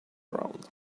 around